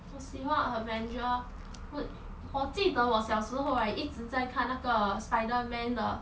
我喜欢 avenger 我我记得我小时候 right 一直在看那个 spider man 的